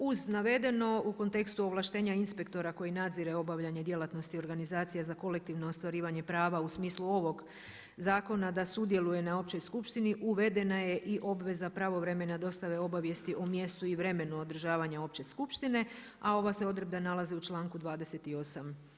Uz navedeno u kontekstu ovlaštenja inspektora koji nadzire obavljanje djelatnosti organizacija za kolektivno ostvarivanje prava u smislu ovog zakona da sudjeluje na općoj skupštini uvedena je i obveza pravovremene dostave obavijesti o mjestu i vremenu održavanja opće skupštine a ova se odredba nalazi u članu 28.